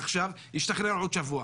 ישתחרר עוד שבוע,